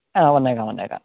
ആ വന്നേക്കാം വന്നേക്കാം